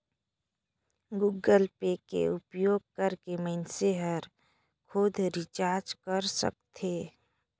Google Pay के उपयोग करके मइनसे हर खुद रिचार्ज कर सकथे